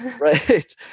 Right